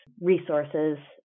resources